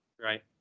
Right